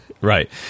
Right